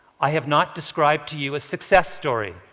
i have not described to you a success story.